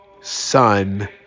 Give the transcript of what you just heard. son